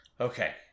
okay